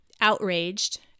outraged